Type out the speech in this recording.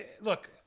look